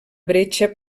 bretxa